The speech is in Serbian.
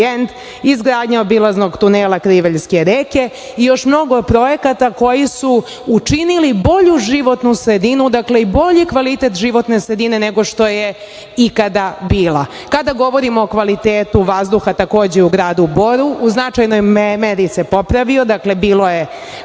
izgradnja obilaznog tunela Krivajske reke i još mnogo projekata koji su učinili bolju životnu sredinu i bolji kvalitet životne sredine nego što je ikada bila. Kada govorimo o kvalitetu vazduha, takođe u gradu Boru, u značajnoj meri se popravio, bilo je